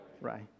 Right